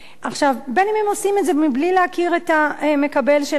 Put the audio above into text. בין אם הם עושים את זה בלי להכיר את המקבל של האיבר ובין